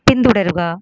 പിന്തുടരുക